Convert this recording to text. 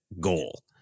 goal